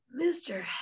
Mr